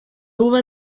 uva